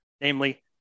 namely